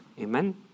Amen